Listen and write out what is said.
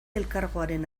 elkargoaren